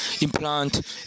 implant